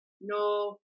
No